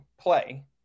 play